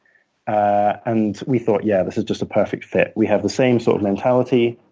and we thought, yeah, this is just a perfect fit. we have the same sort of mentality.